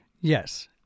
Yes